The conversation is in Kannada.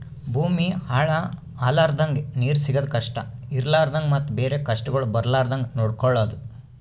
ಭೂಮಿ ಹಾಳ ಆಲರ್ದಂಗ, ನೀರು ಸಿಗದ್ ಕಷ್ಟ ಇರಲಾರದಂಗ ಮತ್ತ ಬೇರೆ ಕಷ್ಟಗೊಳ್ ಬರ್ಲಾರ್ದಂಗ್ ನೊಡ್ಕೊಳದ್